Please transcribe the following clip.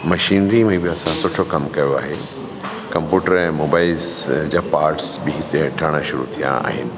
machinery में बि असां सुठो कमु कयो आहे कम्पूटर ऐं मोबाइल्स जा पार्ट्स बि हिते ठहणु शुरू थिया आहिनि